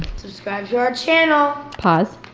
subscribe to our channel. pause.